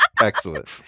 Excellent